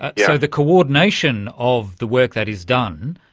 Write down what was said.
so the coordination of the work that is done,